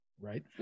right